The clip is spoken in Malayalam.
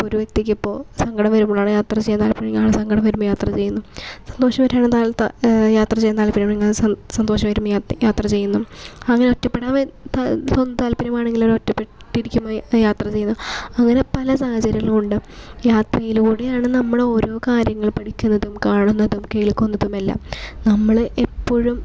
ഇപ്പം ഒരു വ്യക്തിക്കിപ്പോൾ സങ്കടം വരുമ്പോഴാണ് യാത്ര ചെയ്യാൻ താൽപര്യം ആണെങ്കിൽ സങ്കടം വരുമ്പോഴ് യാത്ര ചെയ്യുന്നു സന്തോഷമായിട്ടാണെങ്കിൽ യാത്ര ചെയ്യാൻ താൽപ്പര്യം ആണെങ്കിൽ സ സന്തോഷമായിട്ടും യാ യാത്ര ചെയ്യുന്നു അങ്ങനെ ഒറ്റപ്പെടാൻ താൽപ്പര്യം ആണെങ്കില് ഒറ്റപ്പെട്ടിരിക്കുമ്പോൾ യാത്ര ചെയ്യുന്നു അങ്ങനെ പല സാഹചര്യങ്ങളുണ്ട് യാത്രയിലൂടെയാണ് നമ്മളോരോ കാര്യങ്ങൾ പഠിക്കുന്നതും കാണുന്നതും കേൾക്കുന്നതും എല്ലാം നമ്മള് എപ്പോഴും